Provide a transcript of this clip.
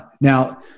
now